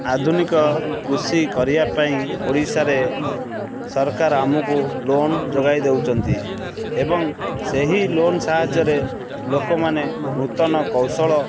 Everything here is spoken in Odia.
ଆଧୁନିକ କୃଷି କରିବା ପାଇଁ ଓଡ଼ିଶାରେ ସରକାର ଆମକୁ ଲୋନ୍ ଯୋଗାଇ ଦେଉଛନ୍ତି ଏବଂ ସେହି ଲୋନ୍ ସାହାଯ୍ୟରେ ଲୋକମାନେ ନୂତନ କୌଶଳ